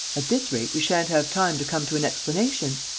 at this rate, we sha'n't have time to come to an explanation.